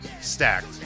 Stacked